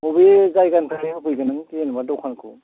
बबे जायगानिफ्रा होफैगोन नों जेन'बा दखानखौ